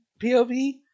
POV